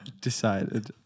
decided